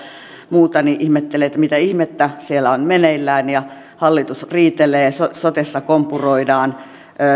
muuta ihmettelee että mitä ihmettä siellä on meneillään kun hallitus riitelee sotessa kompuroidaan ja